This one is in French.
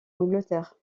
angleterre